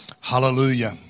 Hallelujah